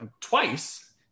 twice